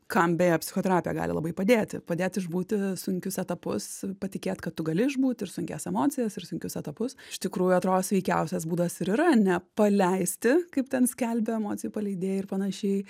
kam beje psichoterapija gali labai padėti padėti išbūti sunkius etapus patikėt kad tu gali išbūti ir sunkias emocijas ir sunkius etapus iš tikrųjų atrodo sveikiausias būdas ir yra nepaleisti kaip ten skelbia emocijų paleidėjai ir panašiai